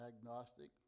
agnostic